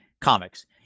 comics